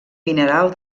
mineral